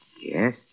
Yes